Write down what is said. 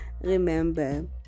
remember